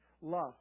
love